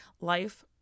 life